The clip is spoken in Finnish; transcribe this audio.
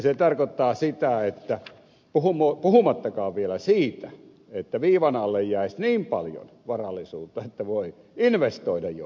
se tarkoittaa että puhumattakaan vielä siitä että viivan alle jäisi niin paljon varallisuutta että voi investoida johonkin